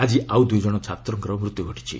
ଆକି ଆଉ ଦୁଇ ଜଣ ଛାତ୍ରଙ୍କର ମୃତ୍ୟୁ ଘଟିଛି